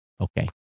okay